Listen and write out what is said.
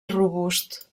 robust